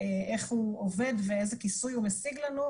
איך הוא עובד ואיזה כיסוי הוא משיג לנו,